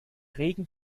regen